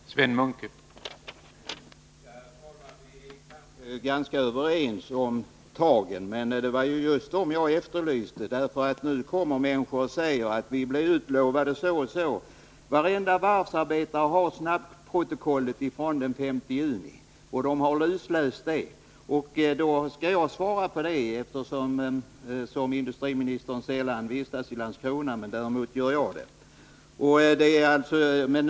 Herr talman! Vi är ganska överens om tagen. Det var ju just sådana som jag efterlyste. Nu kommer människor nämligen och säger att det och det har utlovats. Varenda varvsarbetare har snabbprotokollet från den 5 juni och har lusläst det. Sedan blir det jag som får svara på frågor om det, eftersom jag vistas i Landskrona och industriministern sällan är där.